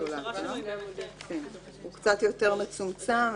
הוא קצת יותר מצומצם.